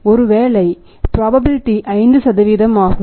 ஒருவேளை ப்ராபபிலிடீ 5 ஆகும்